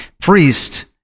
priest